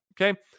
Okay